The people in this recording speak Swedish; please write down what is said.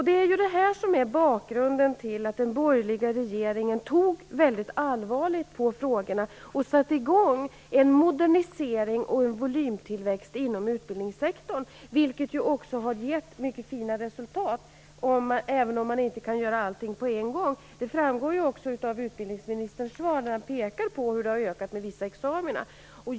Det är ju detta som är bakgrunden till att den borgerliga regeringen tog väldigt allvarligt på frågorna och satte i gång en modernisering och volymtillväxt inom utbildningssektorn. Det har också gett mycket fina resultat, trots att man inte kan göra allting på en gång. Det framgår också av utbildningsministerns svar, där han pekar på att vissa examina har ökat.